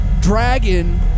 Dragon